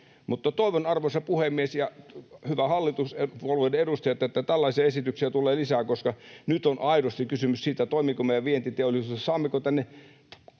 tehdä. Toivon, arvoisa puhemies ja hyvät hallituspuolueiden edustajat, että tällaisia esityksiä tulee lisää, koska nyt on aidosti kysymys siitä, toimiiko meidän vientiteollisuus ja saammeko tänne